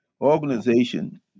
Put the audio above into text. organization